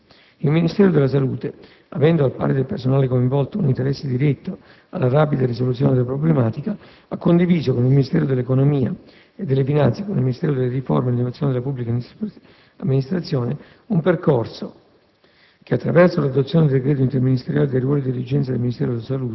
di meccanismi di accesso automatico e generalizzato a tale dirigenza. Il Ministero della salute, avendo, al pari del personale coinvolto, un interesse diretto alla rapida soluzione della problematica, ha condiviso con il Ministero dell'economia e delle finanze e con il Ministro per le riforme e le innovazioni nella pubblica amministrazione, un percorso